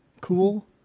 cool